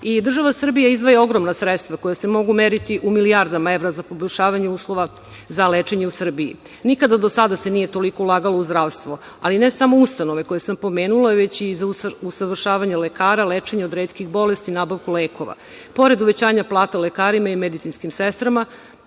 Srbija izdvaja ogromna sredstva koja se mogu meriti u milijardama evra za poboljšanje uslova za lečenje u Srbiji. Nikada do sada se nije toliko ulagalo u zdravstvo, ali ne samo ustanove koje sam pomenula, već i usavršavanje lekara, lečenje od retkih bolesti, nabavka lekova. Pored uvećanja plata lekarima i medicinskim sestrama,